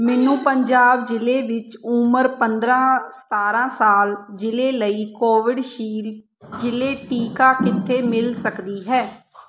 ਮੈਨੂੰ ਪੰਜਾਬ ਜ਼ਿਲ੍ਹੇ ਵਿੱਚ ਉਮਰ ਪੰਦਰਾਂ ਸਤਾਰਾਂ ਸਾਲ ਜ਼ਿਲ੍ਹੇ ਲਈ ਕੋਵਿਡਸ਼ੀਲ ਜ਼ਿਲ੍ਹੇ ਟੀਕਾ ਕਿੱਥੇ ਮਿਲ ਸਕਦੀ ਹੈ